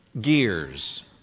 gears